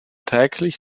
täglich